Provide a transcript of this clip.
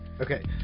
okay